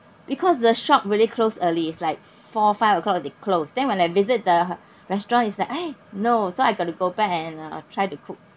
because the shop really close early it's like four five o'clock they close then when I visit the restaurant it's like !aiya! no so I got to go back and try to cook